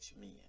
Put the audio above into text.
men